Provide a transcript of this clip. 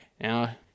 now